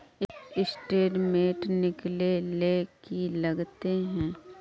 Statement निकले ले की लगते है?